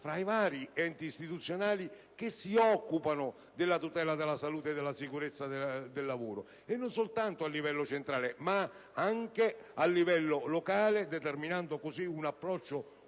tra i vari enti istituzionali che si occupano della tutela della salute e della sicurezza del lavoro, non soltanto a livello centrale, ma anche a livello locale, determinando così un approccio